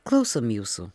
klausom jūsų